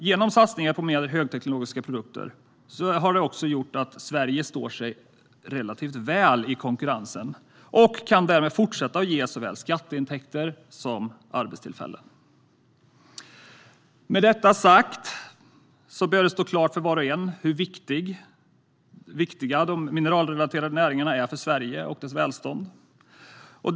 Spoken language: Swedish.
Genom satsningar på mer högteknologiska produkter står sig Sverige relativt väl i konkurrensen, och man kan därmed fortsätta att ge såväl skatteintäkter som arbetstillfällen. Med detta sagt bör det stå klart för var och en hur viktiga de mineralrelaterade näringarna är för Sverige och dess välstånd.